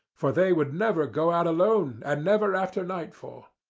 for they would never go out alone, and never after nightfall.